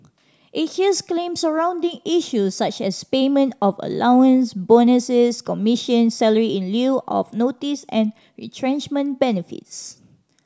it hears claims surrounding issues such as payment of allowance bonuses commissions salary in lieu of notice and retrenchment benefits